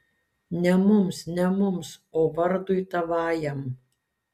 ne mums ne mums o vardui tavajam